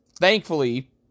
thankfully